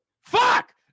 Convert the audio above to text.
Fuck